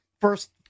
first